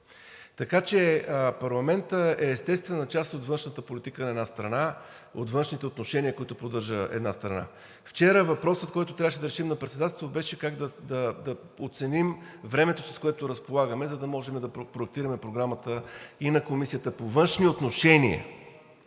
Така че парламентът е естествена част от външната политика на една страна, от външните отношения, които поддържа една страна. Вчера въпросът, който трябваше да решим на Председателския съвет, беше как да оценим времето, с което разполагаме, за да можем да проектираме програмата и на Комисията по външни отношения